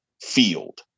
field